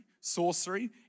sorcery